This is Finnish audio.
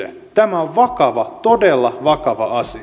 tämä on vakava todella vakava asia